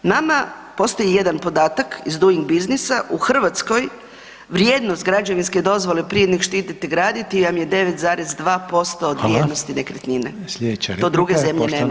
Nama, postoji jedan podatak iz Doing Businessa u Hrvatskoj, vrijednost građevinske dozvole prije nego što idete graditi vam je 9,2% od vrijednosti nekretnine [[Upadica: Hvala.]] To druge zemlje nemaju.